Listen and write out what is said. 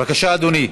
בבקשה, אדוני.